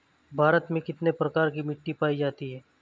भारत में कितने प्रकार की मिट्टी पाई जाती हैं?